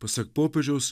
pasak popiežiaus